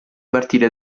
partire